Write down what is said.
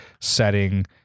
setting